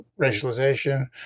racialization